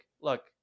look